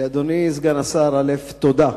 אדוני סגן השר, תודה.